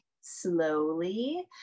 slowly